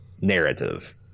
narrative